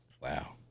Wow